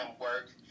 work